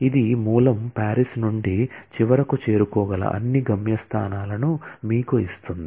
ఇది మూలం పారిస్ నుండి చివరికి చేరుకోగల అన్ని గమ్యస్థానాలను మీకు ఇస్తుంది